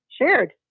shared